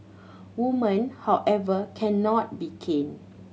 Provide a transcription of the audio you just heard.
women however cannot be caned